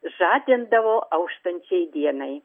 žadindavo auštančiai dienai